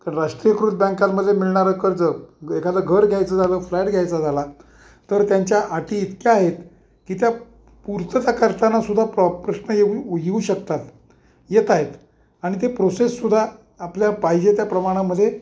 तर राष्ट्रीयकृत बँकमध्ये मिळणारं कर्ज एखाचं घर घ्यायचं झालं फ्लॅट घ्यायचा झाला तर त्यांच्या अटी इतक्या आहेत की त्या पूर्तता करतानासुद्धा प्रॉ प्रश्न येऊ येऊ शकतात येताएत आणि ते प्रोसेससुद्धा आपल्या पाहिजे त्या प्रमाणामध्ये